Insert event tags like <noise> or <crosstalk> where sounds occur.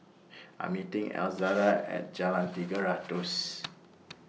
I'm meeting <noise> Elzada At Jalan Tiga Ratus